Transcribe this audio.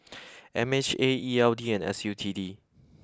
M H A E L D and S U T D